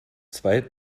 zwei